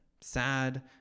sad